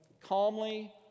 calmly